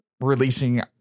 releasing